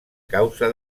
causa